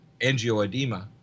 angioedema